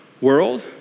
world